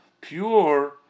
pure